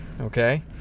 okay